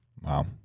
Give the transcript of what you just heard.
Wow